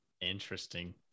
Interesting